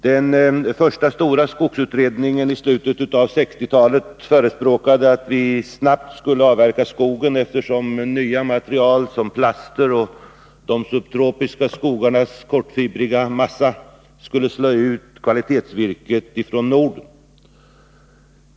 Den första stora skogsutredningen i slutet av 1960-talet förespråkade att vi snabbt skulle avverka skogen, eftersom nya material som plaster och de subtropiska skogarnas kortfibriga massa skulle slå ut kvalitetsvirket från Norden.